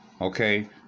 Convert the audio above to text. Okay